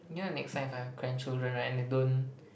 you know next time if I have grandchildren right and they don't